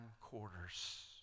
quarters